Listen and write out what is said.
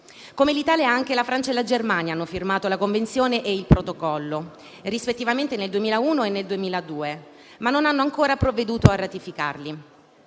Come l'Italia, anche la Francia e la Germania hanno firmato la Convenzione e il Protocollo, rispettivamente nel 2001 e nel 2002, ma non hanno ancora provveduto a ratificarli.